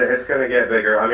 it's gonna get bigger.